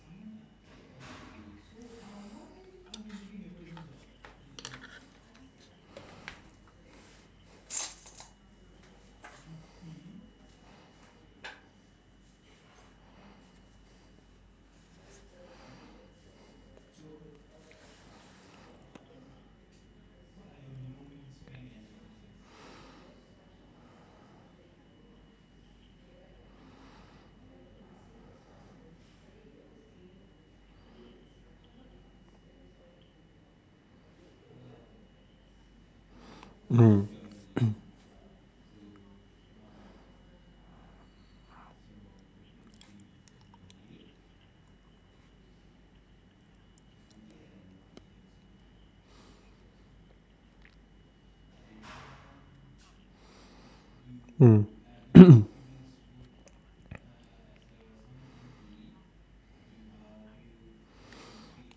mm